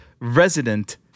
resident